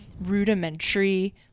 rudimentary